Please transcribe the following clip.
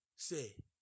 Say